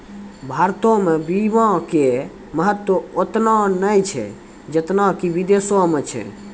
भारतो मे बीमा के महत्व ओतना नै छै जेतना कि विदेशो मे छै